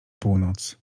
północ